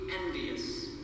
envious